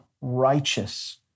righteous